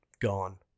gone